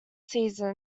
season